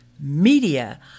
media